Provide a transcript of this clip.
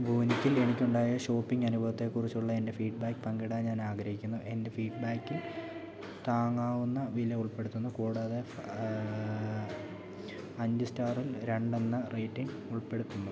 വൂനികിൽ എനിക്കുണ്ടായ ഷോപ്പിംഗ് അനുഭവത്തെ കുറിച്ചുള്ള എൻ്റെ ഫീഡ്ബാക്ക് പങ്കിടാൻ ഞാൻ ആഗ്രഹിക്കുന്നു എൻ്റെ ഫീഡ്ബാക്കിൽ താങ്ങാവുന്ന വില ഉൾപ്പെടുത്തുന്നു കൂടാതെ അഞ്ച് സ്റ്റാറിൽ രണ്ടെന്ന റേറ്റിംഗ് ഉൾപ്പെടുത്തുന്നു